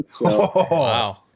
wow